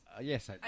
Yes